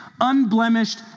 unblemished